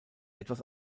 etwas